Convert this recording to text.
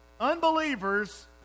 unbelievers